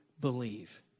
believe